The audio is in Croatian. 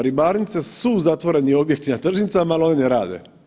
Ribarnice su zatvoreni objekti na tržnicama, ali oni ne rade.